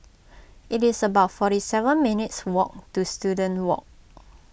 it is about forty seven minutes' walk to Student Walk